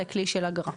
לכלי של אגרה.